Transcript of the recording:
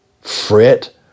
fret